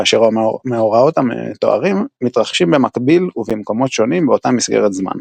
כאשר המאורעות המתוארים מתרחשים במקביל ובמקומות שונים באותה מסגרת זמן.